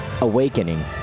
Awakening